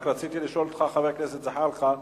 רק רציתי לשאול אותך, חבר הכנסת זחאלקה,